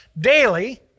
daily